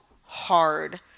hard